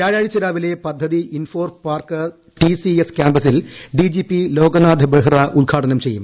വ്യാഴാഴ്ച രാവിലെ പദ്ധതി ഇൻഫോപാർക് ടിസിഎസ് കാമ്പസിൽ ഡിജിപി ലോകനാഥ് ബെഹ്റ ഉദ്ഘാടനം ചെയ്യും